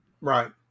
Right